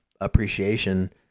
appreciation